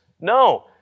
No